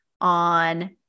on